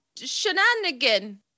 shenanigan